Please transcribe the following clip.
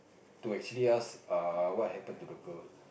to actually ask err what happen to the girl